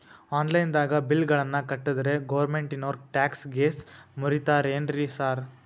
Online ದಾಗ bill ಗಳನ್ನಾ ಕಟ್ಟದ್ರೆ ಗೋರ್ಮೆಂಟಿನೋರ್ ಟ್ಯಾಕ್ಸ್ ಗೇಸ್ ಮುರೇತಾರೆನ್ರಿ ಸಾರ್?